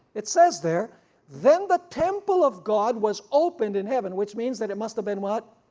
it says there then the temple of god was opened in heaven, which means that it must have been what?